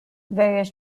various